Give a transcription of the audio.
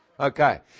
Okay